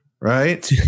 right